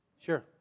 Sure